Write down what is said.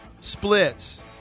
splits